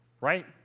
right